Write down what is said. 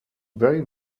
very